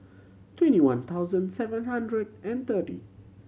twenty one thousand seven hundred and thirty